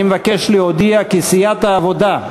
אני מבקש להודיע כי סיעת העבודה,